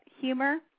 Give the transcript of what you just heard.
humor